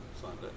Sunday